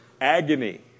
agony